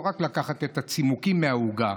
לא רק לקחת את הצימוקים מהעוגה.